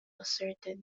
asserted